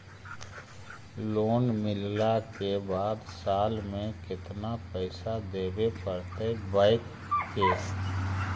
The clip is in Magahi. लोन मिलला के बाद साल में केतना पैसा देबे पड़तै बैक के?